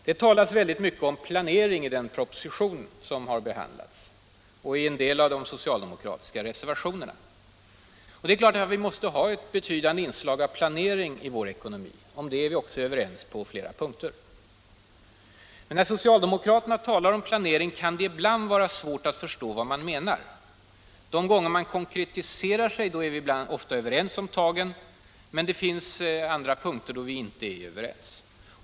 Det talas mycket om planering i den proposition som har behandlats och i en del av de socialdemokratiska reservationerna. Vi måste naturligtvis ha ett betydande inslag av planering i vår ekonomi — där är vi på flera punkter överens. Men när socialdemokraterna talar om planering kan det ibland vara svårt att förstå vad de menar. De gånger de konkretiserar sig är vi ofta överens om tagen, men det finns andra punkter där vi inte är överens.